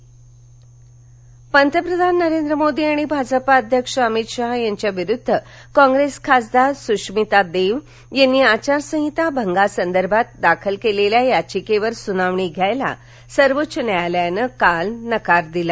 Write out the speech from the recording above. मोदी पंतप्रधान नरेंद्र मोदी आणि भाजपा अध्यक्ष अमित शहा यांच्या विरुद्ध कॉप्रेस खासदार सुष्मिता देव यानीआचारसहिता भंगासंदर्भात दाखल केलेल्या याचिकेवर सुनावणी घेण्यास सर्वोच्च न्यायालयानं काल नकार दिला